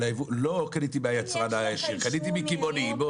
לא קניתי מהיצרן הישיר, קניתי מקמעונאי.